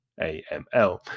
AML